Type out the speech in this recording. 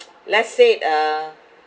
let's say uh